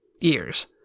years